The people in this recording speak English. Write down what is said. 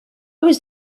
was